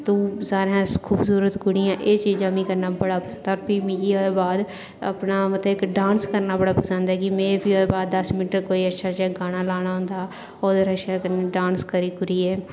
तू सारे कशा खूबसुरत कुड़ी ऐ एह् चीजां मिगी करना बड़ा पसंद ऐ ते फ्ही मिगी ओहदे बाद अपना इक मतलब डांस करना बड़ा पसंद ऐ कि में ओहदे बाद दस मिन्ट कोई अच्छा जेहा गाना लाना होंदा ओहदे उप्पर अच्छा डांस करी कुरियै